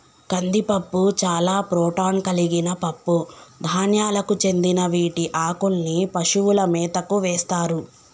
కందిపప్పు చాలా ప్రోటాన్ కలిగిన పప్పు ధాన్యాలకు చెందిన వీటి ఆకుల్ని పశువుల మేతకు వేస్తారు